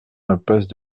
impasse